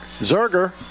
Zerger